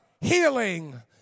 healing